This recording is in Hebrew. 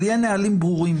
אבל יהיה נהלים ברורים.